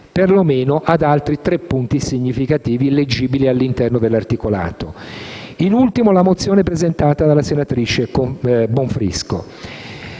oltre altri tre punti significativi leggibili all'interno dell'articolato. In ultimo, sulla mozione n. 599, presentata dalla senatrice Bonfrisco